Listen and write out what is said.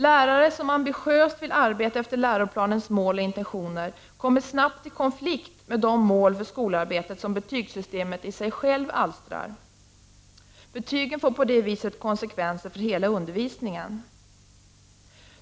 Lärare som ambitiöst vill arbeta efter läroplanens mål och intentioner kommer snabbt i konflikt med de mål för skolarbetet som betygssystemet i sig självt alstrar. Betygen får på det sättet konsekvenser för hela undervisningen.